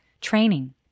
training